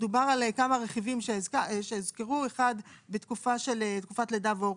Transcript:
דובר על כמה רכיבים שהוזכרו כאשר אחד הוא בתקופת לידה והורות,